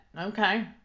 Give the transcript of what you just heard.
Okay